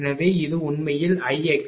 எனவே இது உண்மையில் Ixc